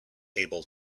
able